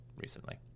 recently